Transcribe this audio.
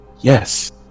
Yes